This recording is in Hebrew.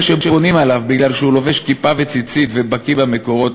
זה שבונים עליו מפני שהוא לובש כיפה וציצית ובקי במקורות,